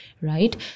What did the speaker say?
Right